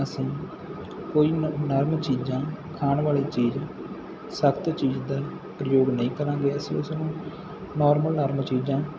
ਅਸੀਂ ਕੋਈ ਨਾ ਵੀ ਚੀਜ਼ਾਂ ਖਾਣ ਵਾਲੇ ਚੀਜ਼ ਸਭ ਤੋਂ ਚਾਹੀਦਾ ਪ੍ਰਯੋਗ ਨਹੀਂ ਕਰਾਂਗੇ ਅਸੀਂ ਉਸ ਨੂੰ ਨੋਰਮਲ ਨੰਬਰ